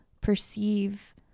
perceive